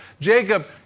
Jacob